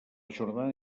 jornada